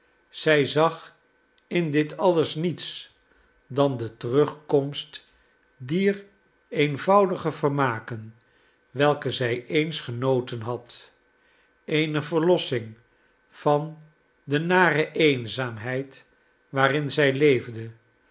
zij zag in dit alles niets dan de terugkomst dier eenvoudige vermaken welke zij eens genoten had eene verlossing van de nare eenzaamheid waarin zij leefde